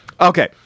okay